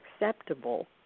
acceptable